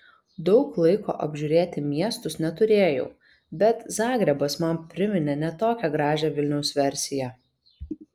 daug laiko apžiūrėti miestus neturėjau bet zagrebas man priminė ne tokią gražią vilniaus versiją